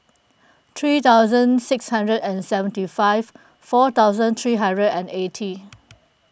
three thousand six hundred and seventy five four thousand three hundred and eighty